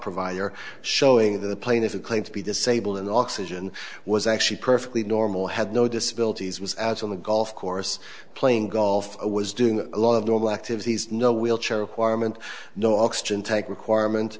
provider showing the plaintiff a claim to be disabled and oxygen was actually perfectly normal had no disability was out on the golf course playing golf was doing a lot of normal activities no wheelchair requirement no oxygen tank requirement